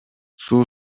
суу